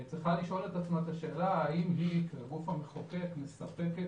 לשאול את עצמה את השאלה האם היא כגוף המחוקק מספקת